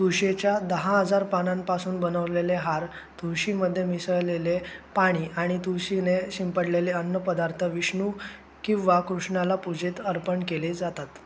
तुळशीच्या दहा हजार पानांपासून बनवलेले हार तुळशीमध्ये मिसळलेले पाणी आणि तुळशी ने शिंपडलेले अन्नपदार्थ विष्णू किंवा कृष्णाला पूजेत अर्पण केले जातात